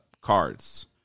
cards